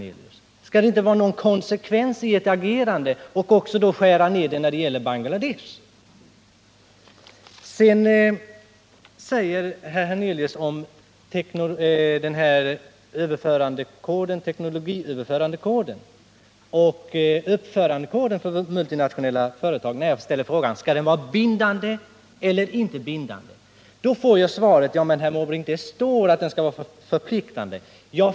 Skall det inte finnas någon konsekvens i ert agerande? Skall ni inte då också skära ner biståndet till Bangladesh? När jag frågar herr Hernelius om uppförandekoden för multinationella företag skall vara bindande eller inte bindande får jag svaret: Men, herr Måbrink, det står att den skall vara förpliktande.